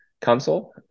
console